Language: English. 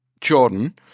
Jordan